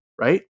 Right